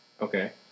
Okay